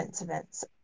events